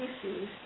issues